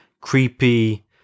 creepy